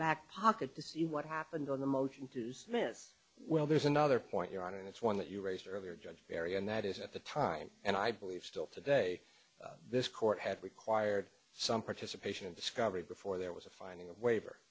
back pocket to see what happened on the motion to dismiss well there's another point you're on and it's one that you raised earlier judge perry and that is at the time and i believe still today this court had required some participation in discovery before there was a finding a waiver